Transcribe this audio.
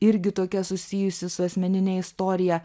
irgi tokia susijusi su asmenine istorija